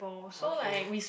okay